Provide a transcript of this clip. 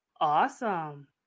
Awesome